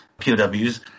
POWs